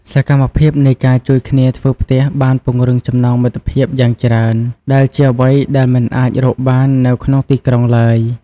សកម្មភាពនៃការជួយគ្នាធ្វើផ្ទះបានពង្រឹងចំណងមិត្តភាពយ៉ាងច្រើនដែលជាអ្វីដែលមិនអាចរកបាននៅក្នុងទីក្រុងឡើយ។